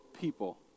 people